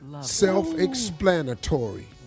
Self-explanatory